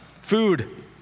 Food